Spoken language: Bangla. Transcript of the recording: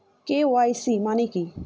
কে.ওয়াই.সি মানে কি?